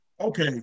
Okay